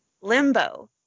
limbo